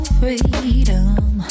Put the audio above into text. freedom